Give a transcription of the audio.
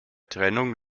trennung